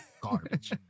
garbage